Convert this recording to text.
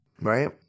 right